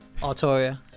artoria